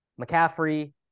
McCaffrey